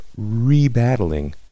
rebattling